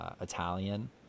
Italian